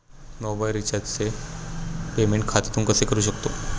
Mobile रिचार्जचे payment खात्यातून कसे करू शकतो?